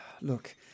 Look